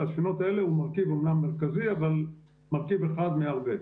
והספינות האלה הן מרכיב אומנם מרכזי אבל מרכיב אחד מהרבה.